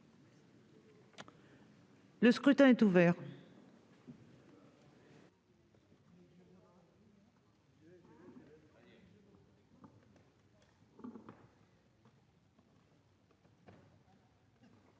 Le scrutin est ouvert.